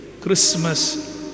Christmas